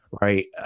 right